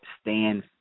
stand